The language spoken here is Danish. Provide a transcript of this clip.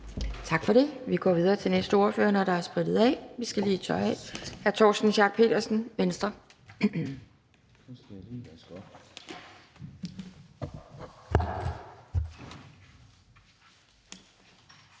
Tak for det. Vi går videre til næste ordfører, når der er sprittet af. Hr. Torsten Schack Pedersen, Venstre.